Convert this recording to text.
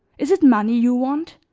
is it money you want?